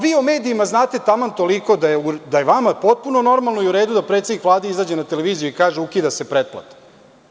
Vi o medijima znate taman toliko da je vama potpuno normalno i uredu da predsednik Vlade izađe na televiziju i kaže, ukida se pretplata.